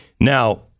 Now